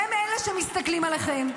הם אלה שמסתכלים עליכם,